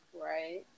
Right